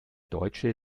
deutsche